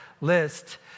list